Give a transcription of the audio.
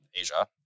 Asia